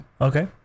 Okay